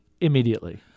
immediately